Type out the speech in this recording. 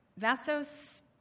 Vasos